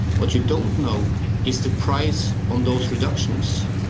what you don't know is the price on those reductions.